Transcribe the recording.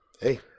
hey